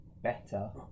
Better